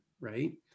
Right